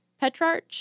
Petrarch